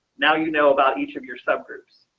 now you know about each of your subgroups.